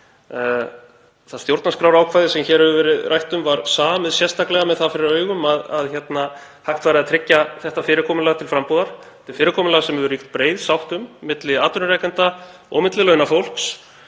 Það stjórnarskrárákvæði sem hér hefur verið rætt um var samið sérstaklega með það fyrir augum að hægt væri að tryggja þetta fyrirkomulag til frambúðar. Þetta er fyrirkomulag sem breið sátt hefur ríkt um milli atvinnurekenda og launafólks